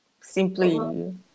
simply